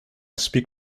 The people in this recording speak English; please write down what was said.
speak